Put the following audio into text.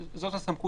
אבל זאת הסמכות